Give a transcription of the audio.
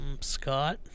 Scott